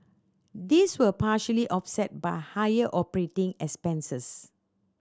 these were partially offset by higher operating expenses